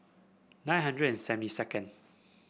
nine hundred and seventy second